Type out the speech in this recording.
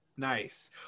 nice